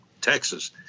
Texas